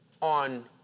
on